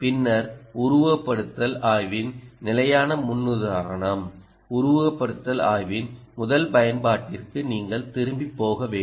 பின்னர் உருவகப்படுத்துதல் ஆய்வின் நிலையான முன்னுதாரணம் உருவகப்படுத்துதல் ஆய்வின் முதல் பயன்பாட்டிற்கு நீங்கள் திரும்பி போக வேண்டும்